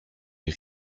les